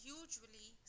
usually